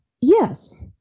Yes